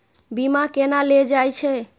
बीमा केना ले जाए छे?